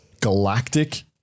galactic